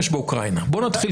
באוקראינה?